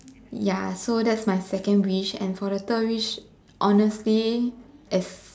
ya so that's my second wish and for the third wish honestly if